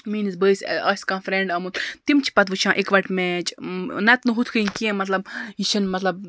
میٛٲنِس بٲیِس آسہِ کانٛہہ فرٛٮ۪نٛڈ آمُت تِم چھِ پَتہٕ وٕچھان اِکوَٹہٕ میچ نَتہٕ نہٕ ہُتھ کٔنۍ کیٚنٛہہ مطلب یہِ چھِنہٕ مطلب